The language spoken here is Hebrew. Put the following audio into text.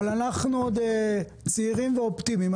אנחנו עוד צעירים ואופטימיים.